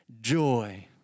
joy